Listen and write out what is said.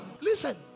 listen